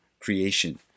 creation